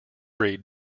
breed